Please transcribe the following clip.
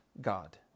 God